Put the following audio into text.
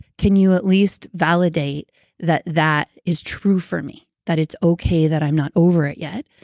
can you at least validate that that is true for me? that it's okay that i'm not over it yet?